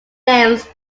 names